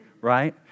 right